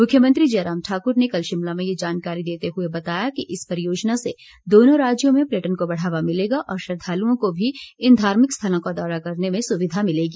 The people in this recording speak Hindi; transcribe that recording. मुख्यमंत्री जयराम ठाकुर ने कल शिमला में ये जानकारी देते हुए बताया कि इस परियोजना से दोनों राज्यों में पर्यटन को बढ़ावा मिलेगा और श्रद्धालुओं को भी इन धार्मिक स्थलों का दौरा करने में सुविधा मिलेगी